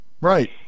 Right